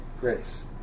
grace